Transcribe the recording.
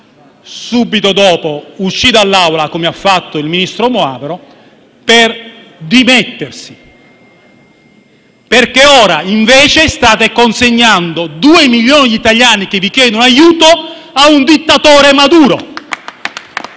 subito dopo uscì dall'Aula, come ha fatto il ministro Moavero Milanesi, per dimettersi. Ora, invece, state consegnando due milioni di italiani che vi chiedono aiuto al dittatore Maduro.